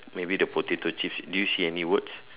maybe the potato chips do you see any words